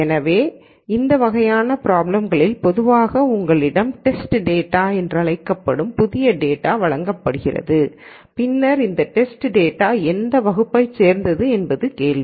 எனவே இந்த வகையான பிராப்ளம்களில் பொதுவாக உங்களிடம் டேஸ்டு டேட்டா என்று அழைக்கப்படும் புதிய டேட்டா வழங்கப்படுகிறது பின்னர் இந்த டேஸ்டு டேட்டா எந்த வகுப்பைச் சேர்ந்தது என்பது கேள்வி